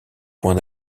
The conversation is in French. points